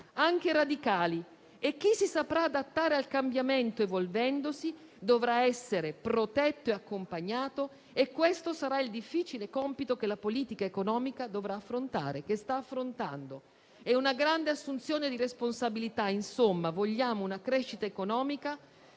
anche radicali, e chi si saprà adattare al cambiamento evolvendosi dovrà essere protetto e accompagnato, e questo sarà il difficile compito che la politica economica dovrà affrontare, lo sta già affrontando; è una grande assunzione di responsabilità. Insomma, vogliamo una crescita economica